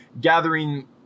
gathering